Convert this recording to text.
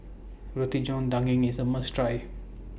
Roti John Daging IS A must Try